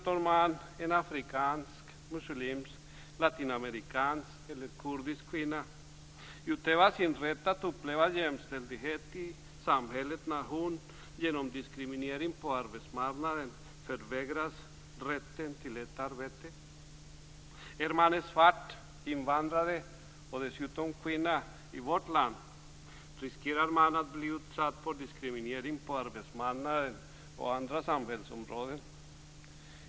Hur skall en afrikansk, muslimsk, latinamerikansk eller kurdisk kvinna kunna utöva sin rätt att uppleva jämställdhet i samhället när hon genom diskriminering på arbetsmarknaden förvägras rätten till ett arbete? Är man svart, invandrad och dessutom kvinna i vårt land riskerar man att bli utsatt för diskriminering på arbetsmarknaden och andra samhällsområden.